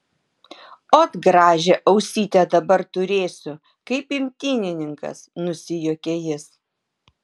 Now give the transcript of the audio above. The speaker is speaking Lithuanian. ot gražią ausytę dabar turėsiu kaip imtynininkas nusijuokė jis